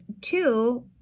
two